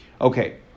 okay